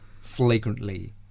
flagrantly